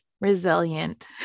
resilient